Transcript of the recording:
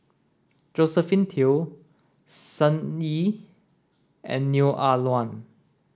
Josephine Teo Sun Yee and Neo Ah Luan